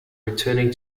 returning